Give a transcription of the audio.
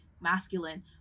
masculine